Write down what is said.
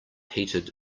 heated